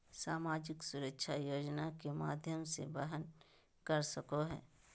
सामाजिक सुरक्षा योजना के माध्यम से वहन कर सको हइ